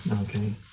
okay